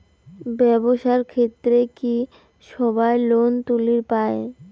ব্যবসার ক্ষেত্রে কি সবায় লোন তুলির পায়?